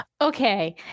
Okay